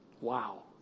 Wow